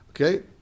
Okay